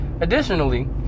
Additionally